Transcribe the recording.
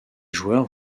joueurs